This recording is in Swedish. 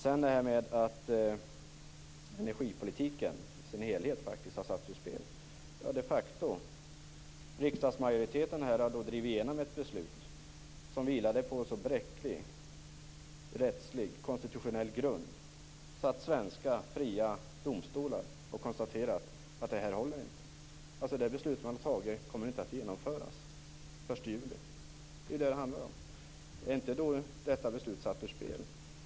Sedan några ord om detta med att energipolitiken i sin helhet faktiskt har satts ur spel. Ja, de facto är det så. En riksdagsmajoritet har alltså här drivit igenom ett beslut som vilade på en så bräcklig rättslig, konstitutionell, grund att svenska fria domstolar har konstaterat att det inte håller. Det beslut som har fattats kommer alltså inte att genomföras den 1 juli. Det är vad det handlar om. Är då inte detta beslut satt ur spel?